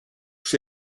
kus